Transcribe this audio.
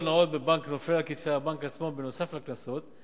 נאות בבנק נופל על כתפי הבנק עצמו בנוסף לקנסות,